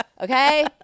Okay